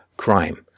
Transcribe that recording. crime